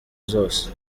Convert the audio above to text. zose